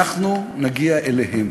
אנחנו נגיע אליהם.